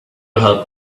help